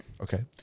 Okay